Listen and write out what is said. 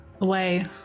away